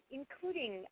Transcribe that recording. including